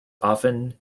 often